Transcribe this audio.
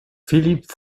philippe